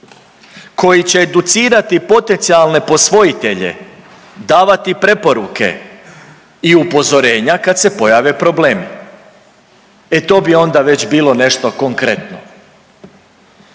koji će educirati potencijalne posvojitelje, davati preporuke i upozorenja kad se pojave problemi, e to bi onda već bilo nešto konkretno.